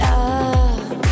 up